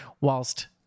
whilst